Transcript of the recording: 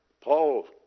Paul